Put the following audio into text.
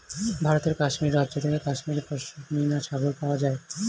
ভারতের কাশ্মীর রাজ্য থেকে কাশ্মীরি পশমিনা ছাগল পাওয়া যায়